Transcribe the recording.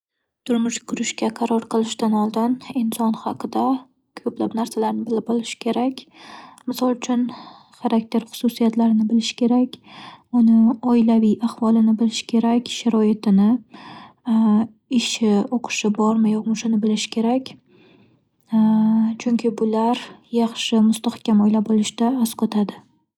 Turmush qurishga qaror qilishdan oldin inson haqida ko'plab narsalarni bilib olishi kerak. Misol uchun: xarakter xususiyatlarini bilishi kerak, uni oilaviy ahvolini bilishi kerak, sharoitini ishi, o'qishi bormi yo'qmi shuni bilishi kerak. Chunki bular yaxshi, mustahkam oila bo'lishda as qotadi.